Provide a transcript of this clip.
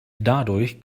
dadurch